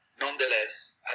nonetheless